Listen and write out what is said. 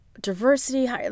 diversity